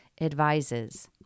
advises